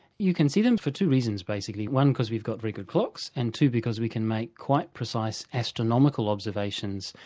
you can see them for two reasons basically one, because we've got very good clocks and, two, because we can make quite precise astronomical observations.